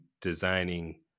designing